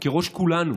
כראש כולנו,